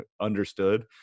understood